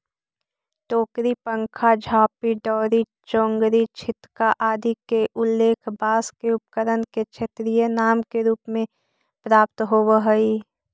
टोकरी, पंखा, झांपी, दौरी, चोंगरी, छितका आदि के उल्लेख बाँँस के उपकरण के क्षेत्रीय नाम के रूप में प्राप्त होवऽ हइ